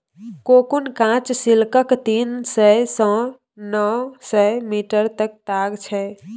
cocoon काँच सिल्कक तीन सय सँ नौ सय मीटरक ताग छै